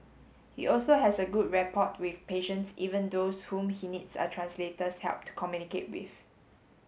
he also has a good rapport with patients even those whom he needs a translator's help to communicate with